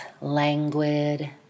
languid